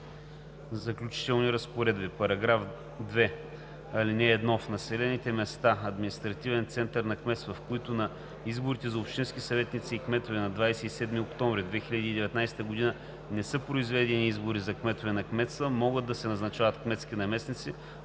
Заключителни разпоредби § 2. (1) В населените места – административен център на кметства, в които на изборите за общински съветници и за кметове на 27 октомври 2019 г. не са произведени избори за кметове на кметства, могат да се назначават кметски наместници